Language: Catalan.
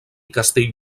castell